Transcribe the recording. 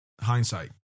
hindsight